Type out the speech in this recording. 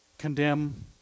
condemn